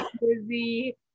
busy